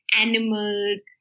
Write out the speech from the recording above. animals